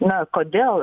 na kodėl